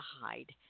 hide